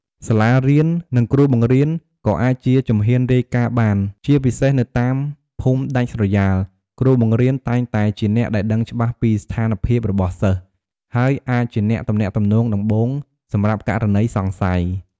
សាលារៀន និងគ្រូបង្រៀន ក៏អាចជាជំហានរាយការណ៍បាន ជាពិសេសនៅតាមភូមិដាច់ស្រយាល គ្រូបង្រៀនតែងតែជាអ្នកដែលដឹងច្បាស់ពីស្ថានភាពរបស់សិស្ស ហើយអាចជាអ្នកទំនាក់ទំនងដំបូងសម្រាប់ករណីសង្ស័យ។